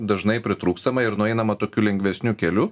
dažnai pritrūkstama ir nueinama tokiu lengvesniu keliu